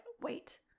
wait